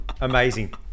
Amazing